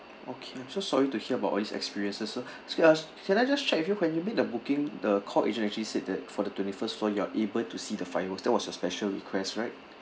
okay I'm so sorry to hear about all these experiences sir uh can I just check with you when you make the booking the call agency actually said that for the twenty-first floor you're able to see the fireworks that was a special requests right